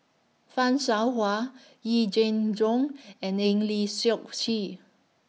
fan Shao Hua Yee Jenn Jong and Eng Lee Seok Chee